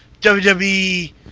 WWE